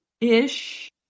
ish